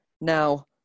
Now